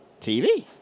TV